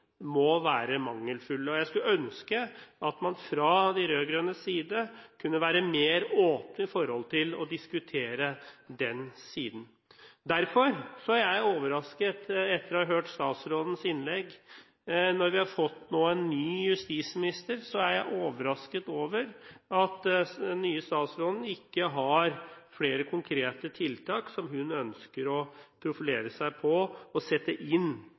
må være mangelfulle. Jeg skulle ønske at man fra de rød-grønnes side kunne være mer åpen for å diskutere den siden. Når vi nå har fått en ny justisminister, er jeg, etter å ha hørt hennes innlegg, derfor overrasket over at hun ikke har flere konkrete tiltak som hun ønsker å profilere seg på og sette inn